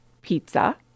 pizza